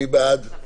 אה, נגד עכשיו.